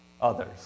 others